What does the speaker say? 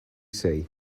say